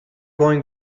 going